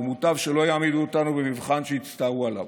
ומוטב שלא יעמידו אותנו במבחן שיצטערו עליו.